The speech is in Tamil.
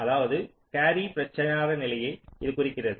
அதாவது கேரி பிரச்சார நிலையை இது குறிக்கிறது